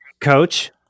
Coach